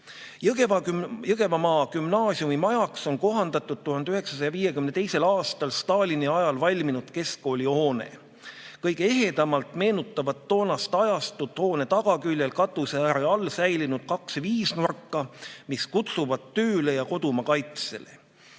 "Jõgevamaa Gümnaasiumi majaks on kohandatud 1952. aastal, Stalini ajal valminud keskkoolihoone. Kõige ehedamalt meenutavad toonast ajastut hoone tagaküljel katuseääre all säilinud kaks viisnurka, mis kutsuvad tööle ja kodumaa kaitsele.